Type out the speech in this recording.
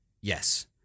Yes